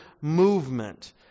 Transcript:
movement